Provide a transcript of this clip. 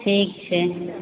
ठीक छै